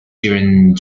during